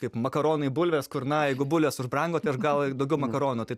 kaip makaronai bulvės kur na jeigu bulės užbrango tai aš gal daugiau makaronų tai